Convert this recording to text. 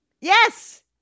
Yes